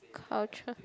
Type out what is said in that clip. culture